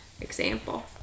example